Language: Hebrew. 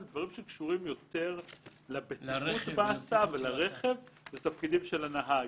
ודברים שקשורים יותר לבטיחות בהסעה ולרכב זה תפקידים של הנהג,